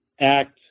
act